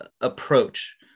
approach